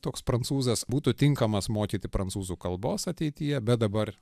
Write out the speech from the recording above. toks prancūzas būtų tinkamas mokyti prancūzų kalbos ateityje bet dabar